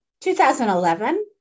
2011